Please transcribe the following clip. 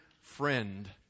friend